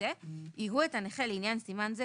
הוכר בשל החמרת מחלת לב